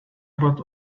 about